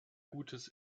gutes